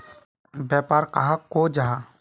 व्यापार कहाक को जाहा?